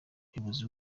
umuyobozi